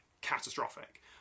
catastrophic